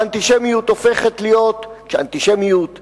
האנטישמיות הופכת להיות, כשהאנטישמיות הגסה,